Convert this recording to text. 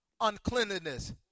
uncleanliness